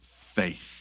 faith